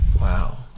wow